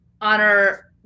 honor